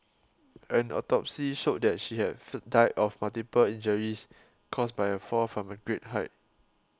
an autopsy showed that she had futile of multiple injuries caused by a fall from a great height